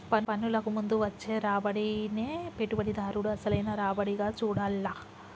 పన్నులకు ముందు వచ్చే రాబడినే పెట్టుబడిదారుడు అసలైన రాబడిగా చూడాల్ల